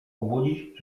obudzić